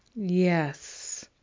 Yes